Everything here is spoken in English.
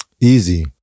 Easy